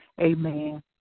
amen